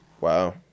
Wow